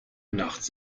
nachts